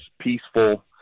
peaceful